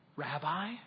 Rabbi